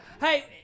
Hey